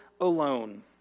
Alone